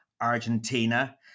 Argentina